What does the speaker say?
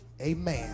amen